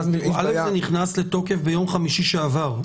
זה נכנס לתוקף ביום חמישי שעבר.